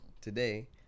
today